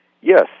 Yes